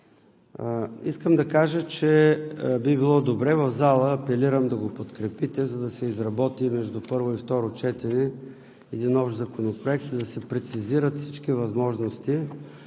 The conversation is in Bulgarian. Искам да кажа, че би било добре в залата, апелирам да го подкрепите, за да се изработи между първо и второ четене един общ законопроект и да се прецизират всички възможности